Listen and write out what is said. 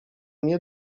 nie